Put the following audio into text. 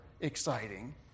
exciting